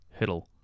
Hiddle